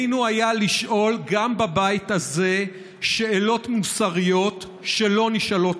היה עלינו לשאול גם בבית הזה שאלות מוסריות שלא נשאלות